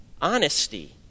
honesty